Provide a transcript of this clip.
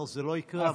לא, זה לא יקרה.